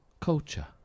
culture